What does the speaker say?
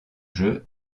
jeu